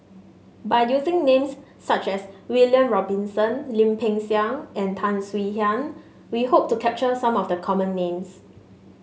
by using names such as William Robinson Lim Peng Siang and Tan Swie Hian we hope to capture some of the common names